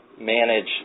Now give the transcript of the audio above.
manage